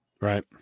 Right